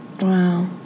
Wow